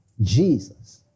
Jesus